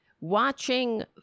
watching